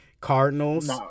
cardinals